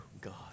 God